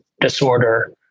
disorder